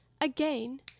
again